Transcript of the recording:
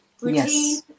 Routine